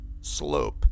Slope